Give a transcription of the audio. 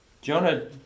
Jonah